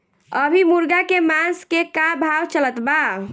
अभी मुर्गा के मांस के का भाव चलत बा?